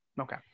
okay